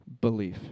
belief